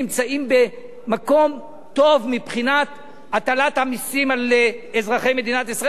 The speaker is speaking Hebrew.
נמצאים במקום טוב מבחינת הטלת המסים על אזרחי מדינת ישראל.